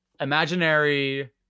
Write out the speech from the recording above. imaginary